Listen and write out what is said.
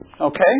Okay